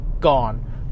gone